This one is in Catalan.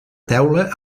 teula